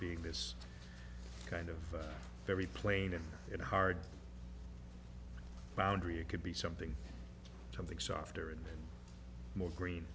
being this kind of very plain and hard boundary it could be something something softer and more green